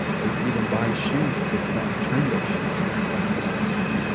they could even buy shoes, but they could not return those shoes. whereas white customers could.